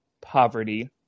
poverty